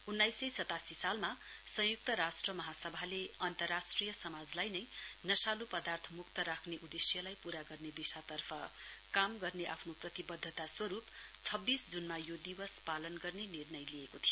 उन्नाइस सय सतासी सालमा संयुक्त राष्ट्र महासभाले अन्तर्राष्ट्रिय समाजलाई नै नशालु पर्दाथ मुक्त राख्ने उदेश्यलाई पूरा गर्ने दिशातर्फ काम गर्ने आफ्नो प्रतिवद्यता स्वरुप छब्वीस जूनमा यो दिवस पालन गर्ने निर्णय लिइएको थियो